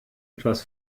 etwas